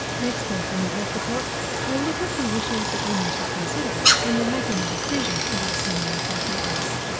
next week on the health report we'll look at the issues that women should consider when they're making a decision about hormone replacement therapy.